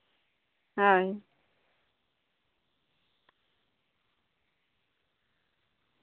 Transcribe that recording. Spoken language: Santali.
ᱦᱳᱭ